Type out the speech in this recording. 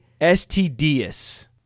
STDs